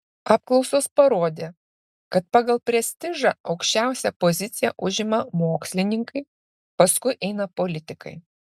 apklausos parodė kad pagal prestižą aukščiausią poziciją užima mokslininkai paskui eina politikai